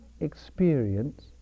experience